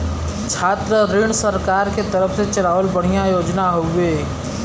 छात्र ऋण सरकार के तरफ से चलावल बढ़िया योजना हौवे